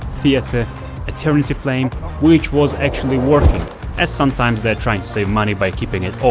theatre eternity flame which was actually working as sometimes they are saving money by keeping it off,